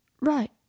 Right